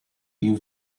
you